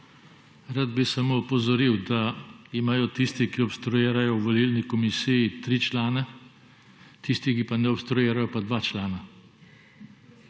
Rad bi samo opozoril, da imajo tisti, ki obstruirajo, v volilni komisiji tri člane, tisti, ki pa ne obstruirajo, pa dva člana.